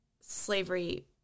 slavery